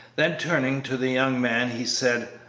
then turning to the young man, he said,